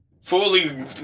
fully